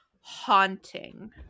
haunting